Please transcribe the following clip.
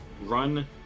run